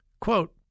Quote